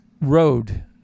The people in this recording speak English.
road